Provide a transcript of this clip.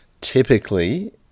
typically